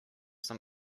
some